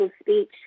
speech